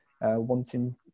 wanting